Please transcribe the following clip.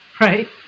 Right